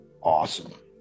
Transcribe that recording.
awesome